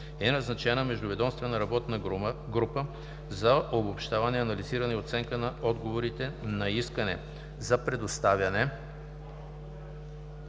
е назначена Междуведомствена работна група (МВРГ) за обобщаване, анализиране и оценка на отговорите на Искане за предоставяне